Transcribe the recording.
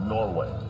Norway